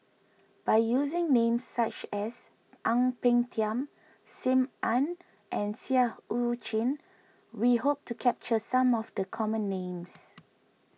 by using names such as Ang Peng Tiam Sim Ann and Seah Eu Chin we hope to capture some of the common names